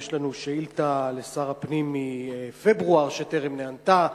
יש לנו שאילתא לשר הפנים מפברואר שטרם נענתה.